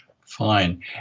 Fine